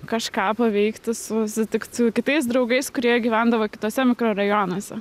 kažką paveikti susitikt su kitais draugais kurie gyvendavo kituose mikrorajonuose